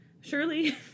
Surely